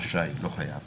רשאי ולא חייב